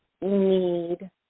need